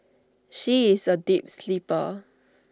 she is A deep sleeper